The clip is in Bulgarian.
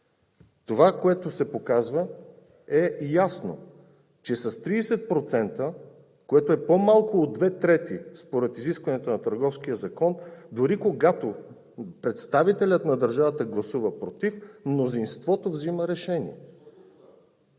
Това, което се показва, е ясно, че с 30%, което е по-малко от две трети според изискванията на Търговския закон, дори когато представителят на държавата гласува против, мнозинството взема решение…